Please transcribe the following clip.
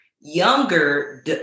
younger